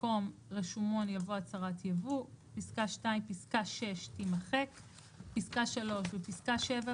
במקום "רשמון" יבוא "הצהרת יבוא"; (2)פסקה (6) תימחק; (3)בפסקה (7),